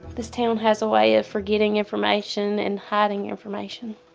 this town has a way of forgetting information and hiding information.